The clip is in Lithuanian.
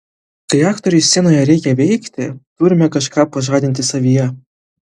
kai aktoriui scenoje reikia veikti turime kažką pažadinti savyje